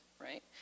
Right